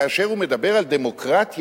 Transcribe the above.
כאשר הוא מדבר על דמוקרטיה,